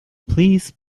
please